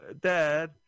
Dad